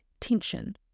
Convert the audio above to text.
tension